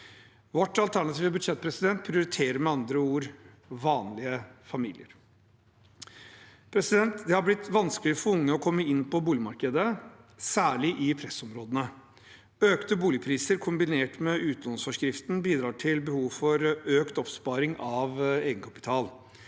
Vårt alternative budsjett prioriterer med andre ord vanlige familier. Det har blitt vanskelig for unge å komme inn på boligmarkedet, særlig i pressområdene. Økte boligpriser, kombinert med utlånsforskriften, bidrar til behov for økt oppsparing av egenkapital.